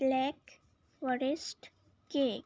black forest cake